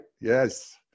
yes